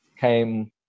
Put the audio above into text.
came